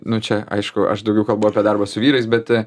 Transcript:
nu čia aišku aš daugiau kalbu apie darbo su vyrais bet